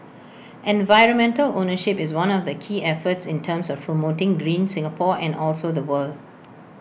environmental ownership is one of the key efforts in terms of promoting green Singapore and also the world